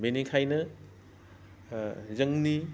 बिनिखायनो जोंनि